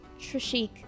Trishik